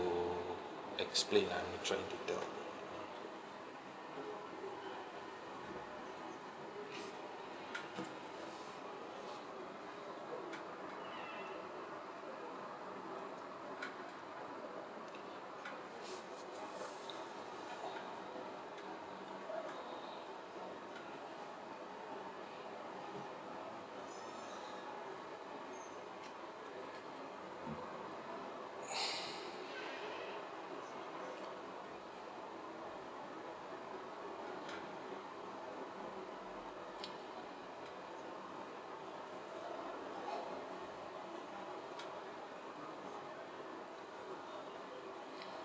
explain lah trying to tell